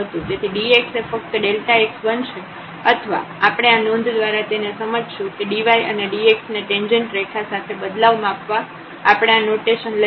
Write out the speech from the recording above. તેથી dx એ ફક્ત x બનશે અથવા આપણે આ નોંધ દ્વારા તેને સમજશું કે dy અને dx ને ટેંજેન્ટ રેખા સાથે બદલાવ માપવા આપણે આ નોટેશન લઈશું